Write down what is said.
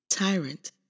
Tyrant